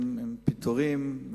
עם פיטורים,